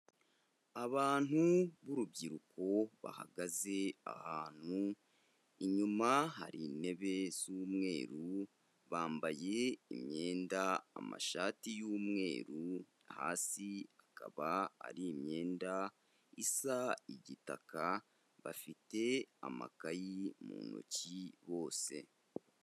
Abantu b'urubyiruko bahagaze ahantu, inyuma hari intebe z'umweru, bambaye imyenda, amashati y'umweru, hasi akaba ari imyenda isa igitaka, bafite amakayi mu ntoki bose.